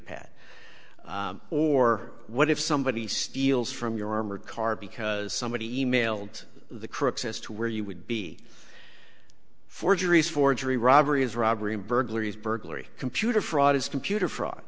pat or what if somebody steals from your armored car because somebody e mailed the crooks as to where you would be forgeries forgery robbery is robbery burglary is burglary computer fraud is computer fraud